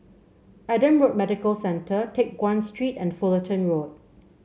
Adam Road Medical Centre Teck Guan Street and Fullerton Road